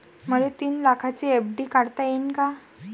मले तीन लाखाची एफ.डी काढता येईन का?